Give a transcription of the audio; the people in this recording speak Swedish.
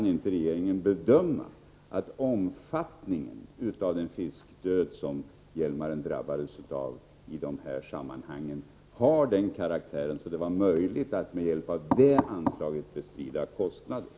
Regeringen kan inte bedöma att omfattningen av den fiskdöd som Hjälmaren drabbades av har den karaktären att det skulle vara möjligt att med hjälp av detta anslag bestrida kostnaderna.